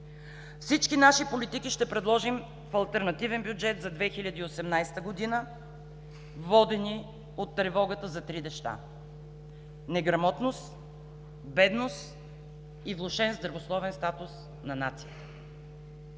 Всички наши политики ще предложим в алтернативен бюджет за 2018 г., водени от тревогата за три неща: неграмотност, бедност и влошен здравословен статус на нацията.